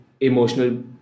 emotional